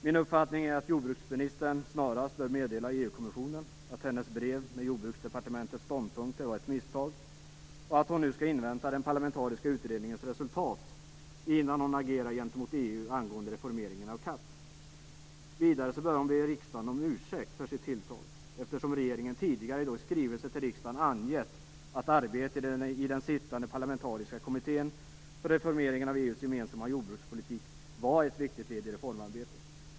Min uppfattning är att jordbruksministern snarast bör meddela EU-kommissionen att hennes brev med Jordbruksdepartementets ståndpunkter var ett misstag och att hon skall invänta den parlamentariska utredningens resultat och att hon först därefter kommer att agera gentemot EU angående reformeringen av CAP. Vidare bör hon be riksdagen om ursäkt för sitt tilltag, eftersom regeringen tidigare i sin skrivelse till riksdagen angett att arbetet i den sittande parlamentariska kommittén för en reformering av EU:s gemensamma jordbrukspolitik var ett viktigt led i reformarbetet.